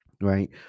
right